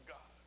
God